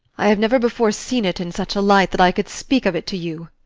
i have never before seen it in such a light that i could speak of it to you,